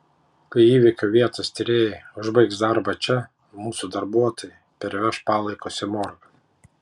kai įvykio vietos tyrėjai užbaigs darbą čia mūsų darbuotojai perveš palaikus į morgą